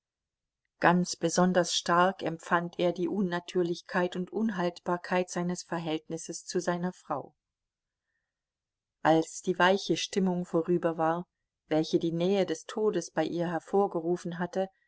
ganz besonders stark empfand er die unnatürlichkeit und unhaltbarkeit seines verhältnisses zu seiner frau als die weiche stimmung vorüber war welche die nähe des todes bei ihr hervorgerufen hatte